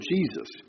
Jesus